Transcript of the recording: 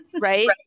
right